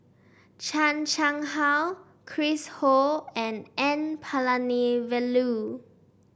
Chan Chang How Chris Ho and N Palanivelu